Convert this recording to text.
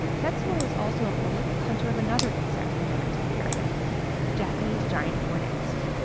tetsuo is also a prolific hunter of another insect endemic to the area japanese giant hornets,